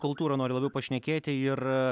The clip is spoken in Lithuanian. kultūrą noriu labiau pašnekėti ir